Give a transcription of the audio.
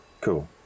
Cool